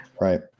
Right